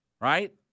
right